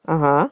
(uh huh)